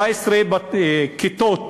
14 כיתות